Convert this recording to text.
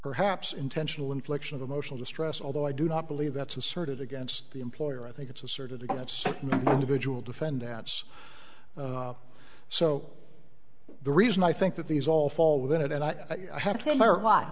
perhaps intentional infliction of emotional distress although i do not believe that's asserted against the employer i think it's asserted again it's individual defendants so the reason i think that these all fall within it and i have